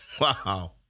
Wow